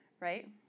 right